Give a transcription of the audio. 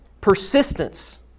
persistence